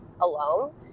alone